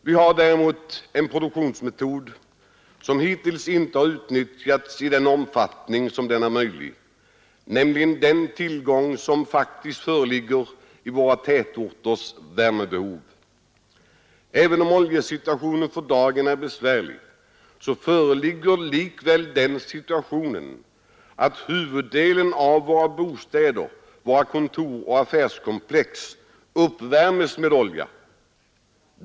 Vi har däremot en produktionsmetod som hittills inte utnyttjats i den omfattning som är möjlig, nämligen den tillgång som faktiskt föreligger i våra tätorters värmebehov. Även om oljesituationen för dagen är besvärlig så föreligger den situationen att huvuddelen av våra bostäder, våra kontor och affärskomplex uppvärms med olja.